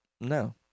no